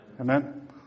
Amen